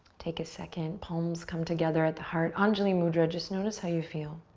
take a second. palms come together at the heart. anjuli mudra, just notice how you feel.